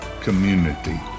community